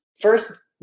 First